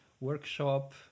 Workshop